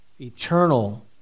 eternal